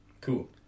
Cool